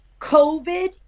COVID